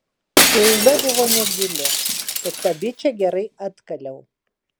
žaizda buvo negili tad tą bičą gerai atkaliau